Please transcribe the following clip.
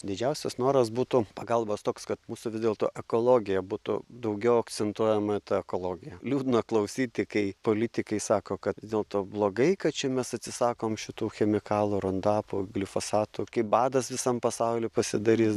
didžiausias noras būtų pagalbos toks kad mūsų vis dėlto ekologija būtų daugiau akcentuojama ta ekologija liūdna klausyti kai politikai sako kad vis dėlto blogai kad čia mes atsisakom šitų chemikal rondapų glifosatų kai badas visam pasauly pasidarys